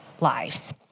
lives